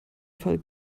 fall